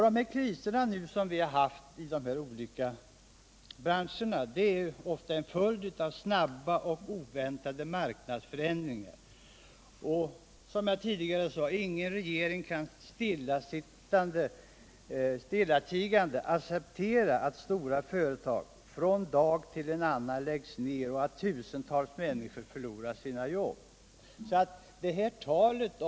De kriser som vi haft i dessa olika branscher har ofta varit en följd av snabba och oväntade marknadsförändringar. Och som jag tidigare sade kan ingen regering stillatigande acceptera att stora företag från en dag ull en annan läggs ned och att tusentals människor förlorar sina jobb.